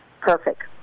perfect